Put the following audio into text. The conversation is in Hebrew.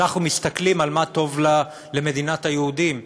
אנחנו מסתכלים על מה טוב למדינת היהודים.